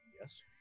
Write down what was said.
yes